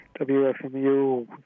WFMU